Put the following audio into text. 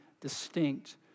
distinct